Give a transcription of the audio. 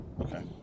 okay